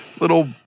little